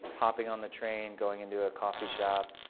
hopping on the train, going into a coffee shop,